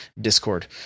discord